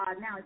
Now